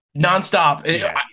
nonstop